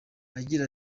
agira